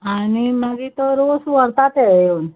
आनी मागी तो रोस व्हरता ते येवन